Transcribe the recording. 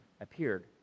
appeared